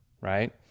right